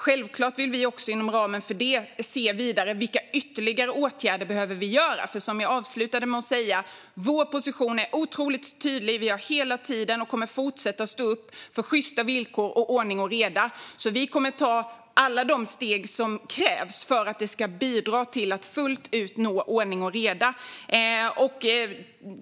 Självklart vill vi inom ramen för det också se vilka ytterligare åtgärder som vi behöver vidta. Som jag avslutade med att säga är vår position otroligt tydlig. Vi har hela tiden stått upp för sjysta villkor och ordning och reda, och vi kommer att fortsätta göra det. Vi kommer att ta alla de steg som krävs för att det ska bidra till att fullt ut nå ordning och reda.